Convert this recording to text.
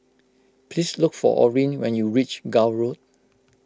please look for Orin when you reach Gul Road